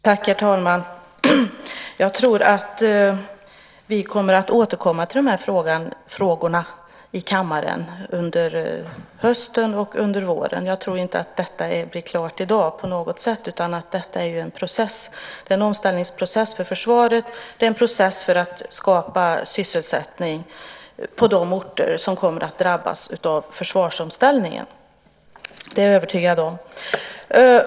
Herr talman! Jag tror att vi kommer att återkomma till de här frågorna i kammaren under hösten och under våren. Jag tror inte på något sätt att detta blir klart i dag, utan detta är en process. Det är en omställningsprocess för försvaret, och det är en process för att skapa sysselsättning på de orter som kommer att drabbas av försvarsomställningen. Det är jag övertygad om.